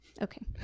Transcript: Okay